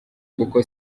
kuko